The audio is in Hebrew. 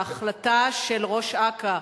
ההחלטה של ראש אכ"א,